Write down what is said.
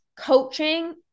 coaching